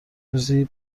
روزی